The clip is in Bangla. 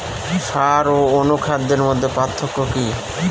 সার ও অনুখাদ্যের মধ্যে পার্থক্য কি?